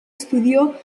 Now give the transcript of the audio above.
estudió